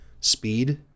speed